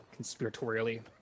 Conspiratorially